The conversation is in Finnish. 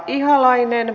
ihalainen